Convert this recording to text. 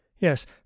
yes